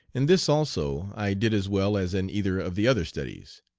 in this also i did as well as in either of the other studies.